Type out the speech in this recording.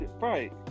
Right